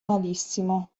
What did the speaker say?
malissimo